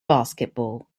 basketball